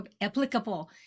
applicable